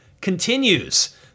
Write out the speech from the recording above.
continues